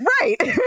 Right